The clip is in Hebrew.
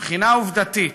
מבחינה עובדתית,